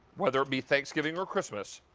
whether it be thanksgiving or christmas,